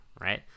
right